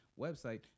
website